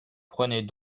prenez